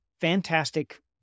fantastic